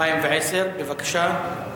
התשע"א 2010. בבקשה.